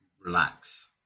relax